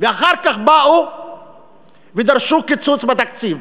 ואחר כך באו ודרשו קיצוץ בתקציב.